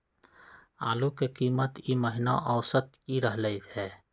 आलू के कीमत ई महिना औसत की रहलई ह?